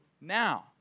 now